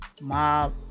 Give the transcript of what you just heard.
mob